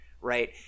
right